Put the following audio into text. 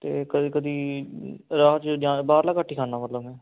ਅਤੇ ਕਦੀ ਕਦੀ ਰਾਹ 'ਚ ਜਾਂ ਬਾਹਰਲਾ ਘੱਟ ਹੀ ਖਾਂਦਾ ਮਤਲਬ ਮੈਂ